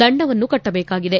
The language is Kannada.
ದಂಡವನ್ನು ಕಟ್ಟಬೇಕಾಗಿದೆ